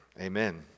Amen